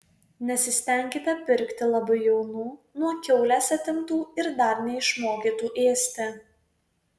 nesistenkite pirkti labai jaunų nuo kiaulės atimtų ir dar neišmokytų ėsti